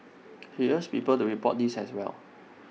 she urged people to report these as well